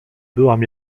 byłam